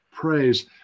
praise